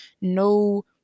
no